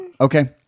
Okay